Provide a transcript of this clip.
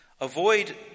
Avoid